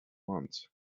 want